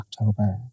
october